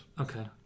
okay